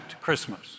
Christmas